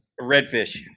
Redfish